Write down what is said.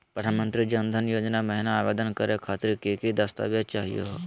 प्रधानमंत्री जन धन योजना महिना आवेदन करे खातीर कि कि दस्तावेज चाहीयो हो?